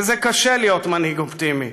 וזה קשה להיות מנהיג אופטימי,